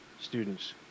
students